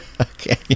Okay